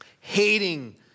Hating